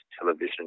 television